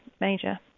major